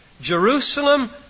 Jerusalem